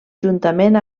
juntament